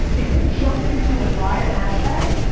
if you jump into and write a hashtag,